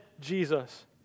Jesus